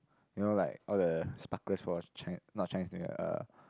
you know like all the sparklers for not Chinese New Year uh